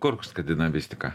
kurk skandinavistiką